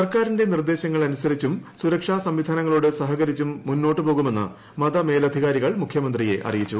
സർക്കാരിന്റെ നിർദ്ദേശങ്ങൾ അനുസരിച്ചും സുരക്ഷ സംവിധാനങ്ങളോട് സഹകരിച്ചും മുന്നോട്ട് പോകുമെന്ന് മത മേലധികാരികൾ മുഖ്യമന്ത്രിയെ അറിയിച്ചു